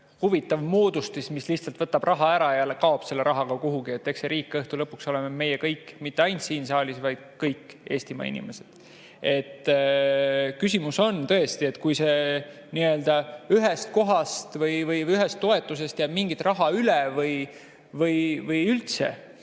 huvitav moodustis, mis lihtsalt võtab raha ära ja kaob sellega kuhugi. Eks see riik õhtu lõpuks oleme meie kõik – mitte ainult meie siin saalis, vaid kõik Eestimaa inimesed. Küsimus on tõesti selles, et kui ühest kohast või ühest toetusest jääb mingi raha üle või üldse